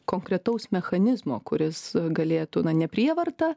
konkretaus mechanizmo kuris galėtų na ne prievarta